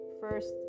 First